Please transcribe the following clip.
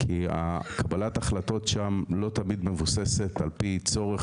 כי קבלת ההחלטות שם לא תמיד מבוססת על פי צורך